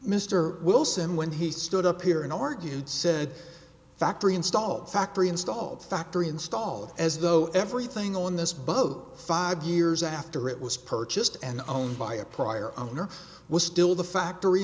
mr wilson when he stood up here and argued said factory installed factory installed factory installed as though everything on this boat five years after it was purchased and owned by a prior owner was still the factory